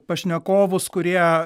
pašnekovus kurie